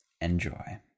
Enjoy